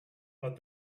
but